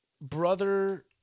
brother